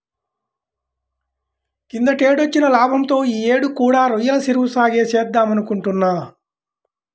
కిందటేడొచ్చిన లాభంతో యీ యేడు కూడా రొయ్యల చెరువు సాగే చేద్దామనుకుంటున్నా